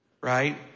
right